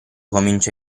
comincia